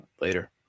Later